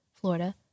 Florida